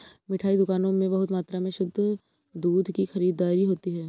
मिठाई दुकानों में बहुत मात्रा में शुद्ध दूध की खरीददारी होती है